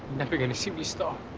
never going to see me star.